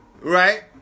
right